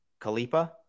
kalipa